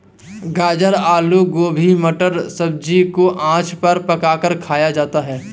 गाजर आलू गोभी मटर सब्जी को आँच पर पकाकर खाया जाता है